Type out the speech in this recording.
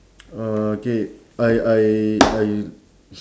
uh K I I I